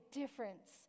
difference